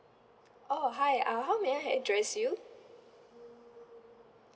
oh hi uh how may I address you